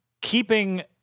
keeping –